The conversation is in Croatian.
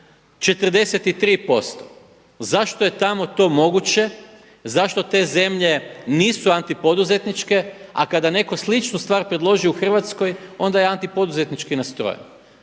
43%. Zašto je tamo to moguće, zašto te zemlje nisu antipoduzetničke a kada netko sličnu stvar predloži u Hrvatskoj onda je antipoduzetnički nastrojen